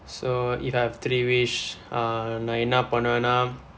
so if I have three wish uh நான் என்ன பன்னுவேன்னா:naan enna pannuveenaa